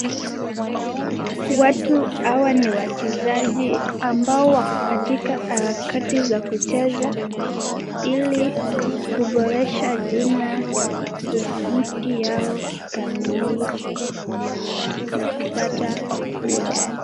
Watu hawa ni wachezaji ambao wako katika harakati za kucheza ili kuboresha jina na ufundi wao kikamilifu na kupata uhodari.